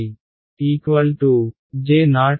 ఈ విలువ ఏమిటి